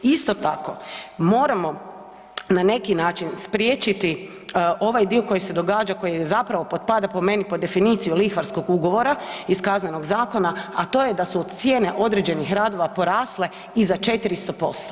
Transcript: Isto tako, moramo na neki način spriječiti ovaj dio koji se događa, koji zapravo potpada po meni pod definiciju lihvarskog ugovora iz Kaznenog zakona, a to je da su cijene određenih radova porasle i za 400%